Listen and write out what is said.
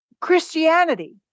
Christianity